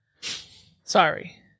sorry